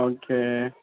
okay